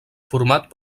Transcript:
format